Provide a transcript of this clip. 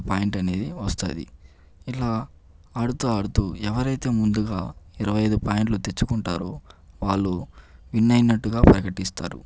ఒక పాయింట్ అనేది వస్తుంది ఇలా ఆడుతు ఆడుతూ ఎవరైతే ముందుగా ఇరవై ఐదు పాయింట్లు తెచ్చుకుంటారో వాళ్ళు విన్ అయినట్టుగా ప్రకటిస్తారు